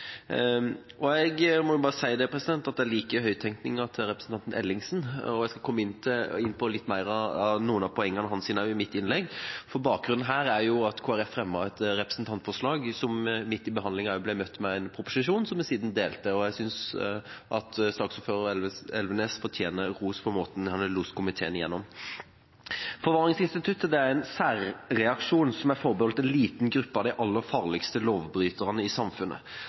Jeg må bare si at jeg liker høyttenkninga til representanten Ellingsen, og jeg skal komme inn på noen av poengene hans i mitt innlegg. Bakgrunnen her er jo at Kristelig Folkeparti fremmet et representantforslag som midt i behandlinga ble møtt med en proposisjon som vi siden delte. Jeg synes også saksordfører Elvenes fortjener ros for måten han har lost komiteen gjennom på. Forvaringsinstituttet er en særreaksjon som er forbeholdt en liten gruppe av de aller farligste lovbryterne i samfunnet.